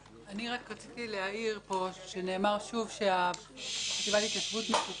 רציתי להעיר, שנאמר שוב שהחטיבה להתיישבות מפוקחת,